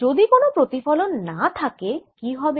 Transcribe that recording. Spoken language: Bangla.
যদি কোন প্রতিফলন না থাকে কি হবে